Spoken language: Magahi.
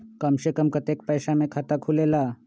कम से कम कतेइक पैसा में खाता खुलेला?